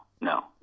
no